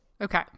Okay